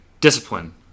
discipline